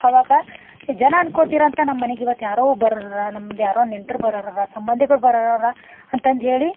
ಆವಾಗ ಜನ ಅನ್ಕೊತೀರಂತ ನಮ್ಮ ಮನಿಗೆ ಇವತ್ತು ಯಾರೋ ಬರೋರರ ನಮ್ದು ಯಾರೋ ನೆಂಟ್ರು ಬರೋರರ ಸಂಬಂಧಿಕರ ಬರೋರರ ಅಂತಂದು ಹೇಳಿ